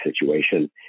situation